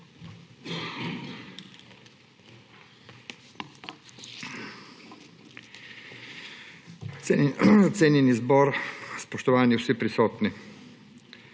Cenjeni zbor, spoštovani vsi prisotni!